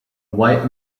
white